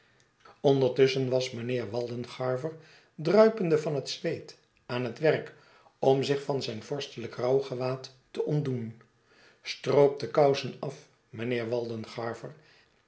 ondertusschen was mijnheer waldengarver druipende van het zweet aan het werk om zich van zijn vorstelijk rouwgewaad te ontdoen stroop de kousen af mijnheer